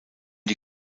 die